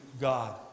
God